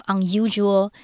Unusual